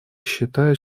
считает